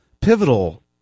pivotal